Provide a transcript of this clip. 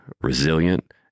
resilient